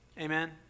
Amen